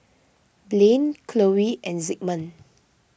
Blane Chloe and Zigmund